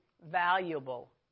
valuable